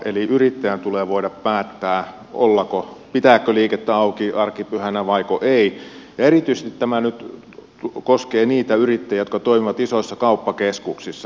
eli yrittäjän tulee voida päättää pitääkö liikettä auki arkipyhänä vaiko ei ja erityisesti tämä nyt koskee niitä yrittäjiä jotka toimivat isoissa kauppakeskuksissa